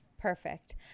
Perfect